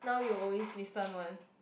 now you always listen one